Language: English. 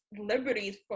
liberties